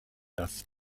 das